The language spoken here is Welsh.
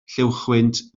lluwchwynt